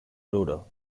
oruro